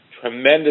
tremendous